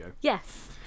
Yes